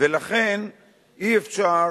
ולכן אי-אפשר